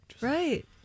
right